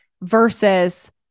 versus